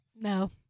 No